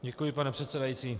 Děkuji, pane předsedající.